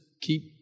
keep